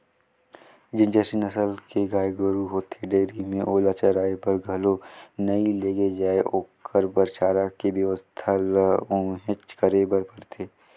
जेन जरसी नसल के गाय गोरु होथे डेयरी में ओला चराये बर घलो नइ लेगे जाय ओखर बर चारा के बेवस्था ल उहेंच करे बर परथे